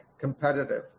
competitive